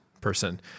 person